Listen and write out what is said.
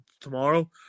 tomorrow